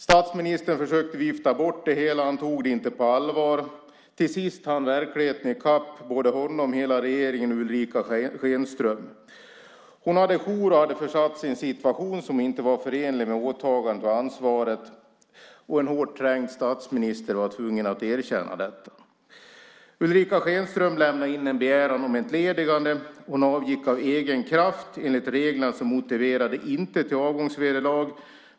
Statsministern försökte vifta bort det hela, och han tog det inte på allvar. Till sist hann verkligheten i kapp honom, hela regeringen och Ulrica Schenström. Hon hade jour och hade försatt sig i en situation som inte var förenlig med åtagandet och ansvaret. En hårt trängd statsminister var tvungen att erkänna detta. Ulrica Schenström lämnade in en begäran om entledigande. Hon avgick av egen kraft. Enligt reglerna motiverar det inte till avgångsvederlag.